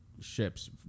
ships